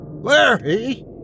Larry